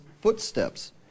footsteps